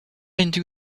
into